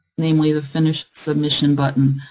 namely the finish submission button,